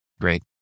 Great